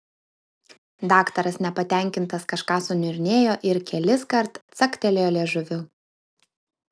daktaras nepatenkintas kažką suniurnėjo ir keliskart caktelėjo liežuviu